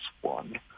one